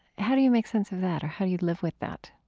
how do you make sense of that or how do you live with that?